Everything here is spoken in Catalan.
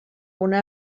una